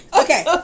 Okay